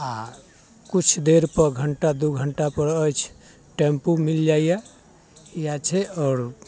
आ किछु देर पऽ घण्टा दू घण्टा पर अछि टेम्पू मिल जाइया इएह छै आओर